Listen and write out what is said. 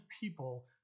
people